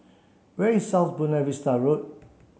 where is South Buona Vista Road